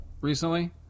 recently